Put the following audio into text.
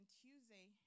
Tuesday